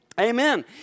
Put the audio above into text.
Amen